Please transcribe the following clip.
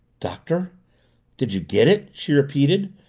doctor did you get it? she repeated,